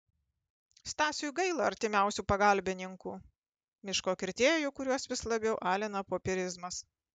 stasiui gaila artimiausių pagalbininkų miško kirtėjų kuriuos vis labiau alina popierizmas